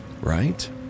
Right